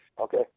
Okay